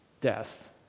death